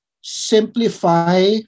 simplify